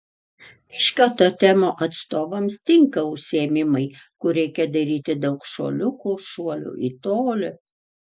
kiškio totemo atstovams tinka užsiėmimai kur reikia daryti daug šuoliukų šuolių į tolį